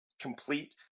complete